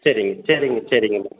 சரிங்க சரிங்க சரிங்கம்மா